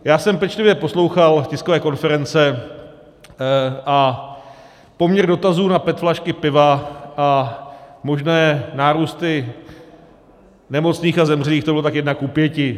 Já jsem pečlivě poslouchal tiskové konference a poměr dotazů na petflašky piva a možné nárůsty nemocných a zemřelých, to bylo tak jedna ku pěti.